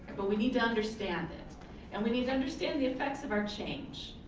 but we need to understand it and we need to understand the effects of our change.